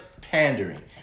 pandering